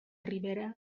ribera